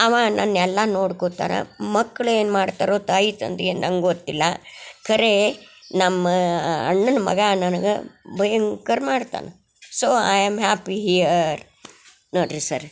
ಅವ ನನ್ನ ಎಲ್ಲಾ ನೋಡ್ಕೊತಾರ ಮಕ್ಳು ಏನು ಮಾಡ್ತರು ತಾಯಿ ತಂದೆ ಏನು ನಂಗೆ ಗೊತ್ತಿಲ್ಲ ಖರೆ ನಮ್ಮ ಅಣ್ಣನ ಮಗ ನನಗೆ ಭಯಂಕರ ಮಾಡ್ತಾನೆ so I am happy here ನೋಡ್ರಿ ಸರ್